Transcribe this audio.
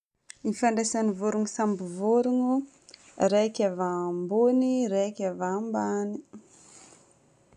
Ny ifandraisagn'ny vorogno samy vorogno, raika avy ambony, raika avy ambany.